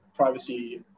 Privacy